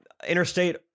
interstate